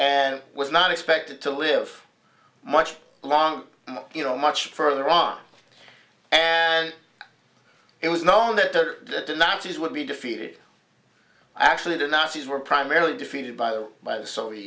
and was not expected to live much longer you know much further ron it was known that the nazis would be defeated actually the nazis were primarily defeated by the by the soviet